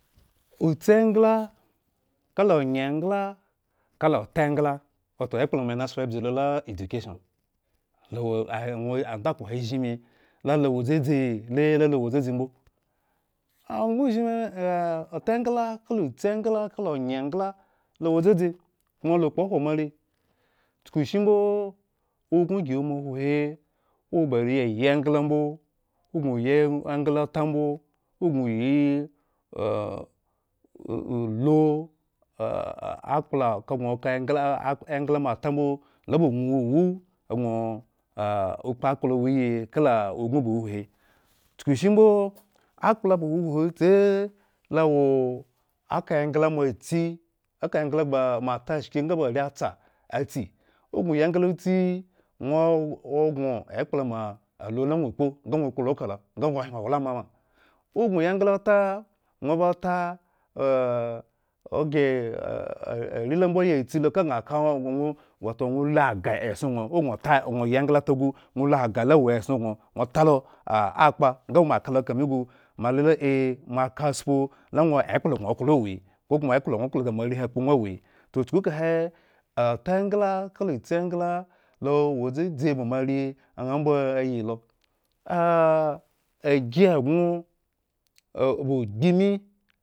Otsi engla, kala onye engla, kala ota egnla, wato ekpla mo anasla abzu lo la education, lo wo ahe andkhpo he azhin, me la lo wo dzdzi lelo wo dzadzi ko mala kpahwo moare chkushimbo ubingi gi wo ma uhuni, owo ba are ayi engla mbo ogŋo oyi engla ta mbo. ogŋo ni lu akplo ka gŋo ka engla moata mbo oyi kala ubin ba uhuhi, chuku, shimbo ak akplaba uhuhi tse lo awo aka engla moa tsi, aka engla ba moata shki ŋga ba are tse atsi ogŋo oyi engla otsi ŋwo ŋwo kpo kala nga ŋwo hyen owla ma ma. ogghre na are la ota. ŋwo ba ota oghre a are la mboyatsi lo ŋga o moaka lu kame gu moalu a moakataspu la ŋwo ekplo gŋo klo ewo ewo kokoma ekplo gŋo klo da moarehwin akpo ŋwo otsi engplo gŋo klo da moarehwin akpo ŋwo awo he toh chukukahe ota engla kala otsi egla lo wo dza dzi ba moare ŋha mbo ayi lomah agi egŋo ba ogbi mi